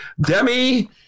Demi